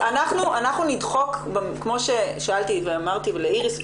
כמו ששאלתי ואמרתי לאיריס,